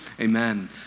Amen